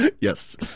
Yes